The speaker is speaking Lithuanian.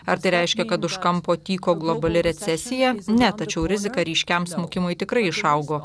ar tai reiškia kad už kampo tyko globali recesija ne tačiau rizika ryškiam smukimui tikrai išaugo